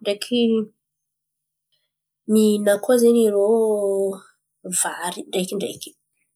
ndreky mihin̈a koa zen̈y irô vary ndreky ndreky.